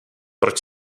proč